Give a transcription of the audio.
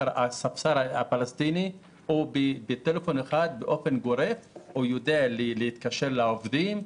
הספסר הפלסטיני בטלפון אחד יודע להתקשר לעובדים,